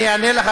אני אענה לך,